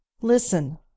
listen